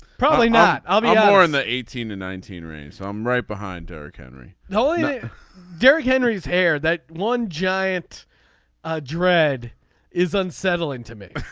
probably not. i'll be you know out in the eighteen to nineteen range so i'm right behind derrick henry. knowing yeah derrick henry's hair that one giant ah dread is unsettling to me.